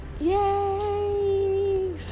Yay